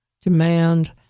demand